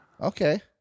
okay